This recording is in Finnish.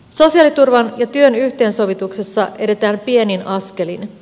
sosiaaliturvan ja työn yhteensovituksessa edetään pienin askelin